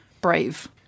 Brave